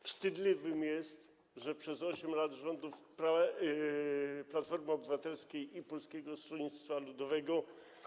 Wstydliwe jest, że przez 8 lat rządów Platformy Obywatelskiej i Polskiego Stronnictwa Ludowego.